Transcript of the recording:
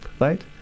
right